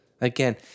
Again